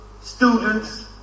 students